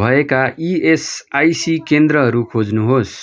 भएका इएसआइसी केन्द्रहरू खोज्नुहोस्